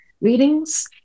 readings